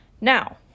Now